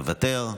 מוותר.